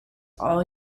all